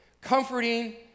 comforting